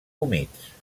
humits